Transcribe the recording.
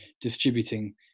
distributing